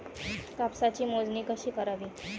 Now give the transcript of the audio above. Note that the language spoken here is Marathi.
कापसाची मोजणी कशी करावी?